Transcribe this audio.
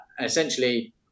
Essentially